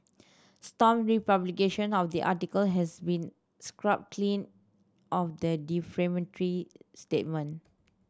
stomp republication of the article has been scrubbed clean of the defamatory statement